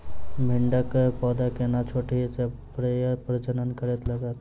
भिंडीक पौधा कोना छोटहि सँ फरय प्रजनन करै लागत?